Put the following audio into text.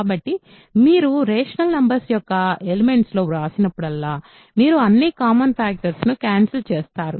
కాబట్టి మీరు rational numbers యొక్క ఎలిమెంట్స్ లో వ్రాసినప్పుడల్లా మీరు అన్ని కామన్ ఫ్యాక్టర్స్ ను క్యాన్సల్ చేస్తారు